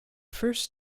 first